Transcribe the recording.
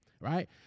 right